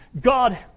God